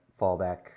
fallback